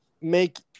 make